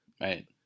Right